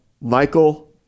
Michael